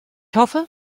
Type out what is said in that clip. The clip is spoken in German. hoffe